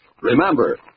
Remember